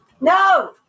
No